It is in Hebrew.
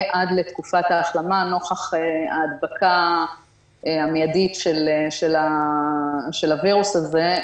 עד לתקופת ההחלמה נוכח ההדבקה המיידית של הווירוס הזה,